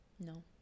No